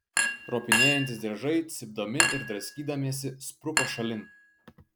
ropinėjantys driežai cypdami ir draskydamiesi spruko šalin